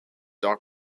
doc